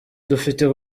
dufite